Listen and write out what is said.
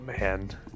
man